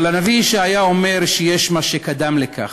אבל הנביא ישעיה אומר שיש מה שקדם לכך: